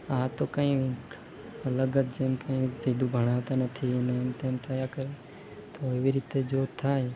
આ તો કંઈક અલગ જ જેમકે સીધું ભણાવતા નથી ને એમતેમ થયા કરે તો એવી રીતે જો થાય